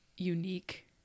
unique